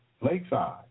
Lakeside